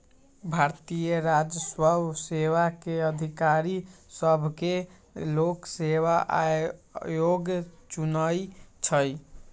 भारतीय राजस्व सेवा के अधिकारि सभके लोक सेवा आयोग चुनइ छइ